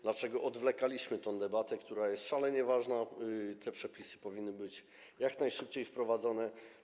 Dlaczego odwlekaliśmy tę debatę, która jest szalenie ważna, a te przepisy powinny być jak najszybciej wprowadzone?